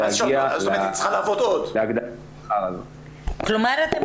להגיע ל- -- זאת אומרת שהיא צריכה לעבוד עוד.